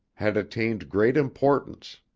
had attained great importance.